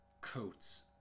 coats